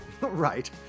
Right